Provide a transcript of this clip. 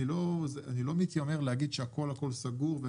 אני לא מתיימר להגיד שהכול הכול סגור.